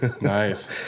Nice